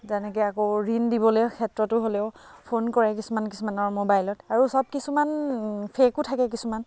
যেনেকৈ আকৌ ঋণ দিবলৈ ক্ষেত্ৰতে হ'লেও ফোন কৰে কিছুমান কিছুমানৰ মোবাইলত আৰু সব কিছুমান ফেকো থাকে কিছুমান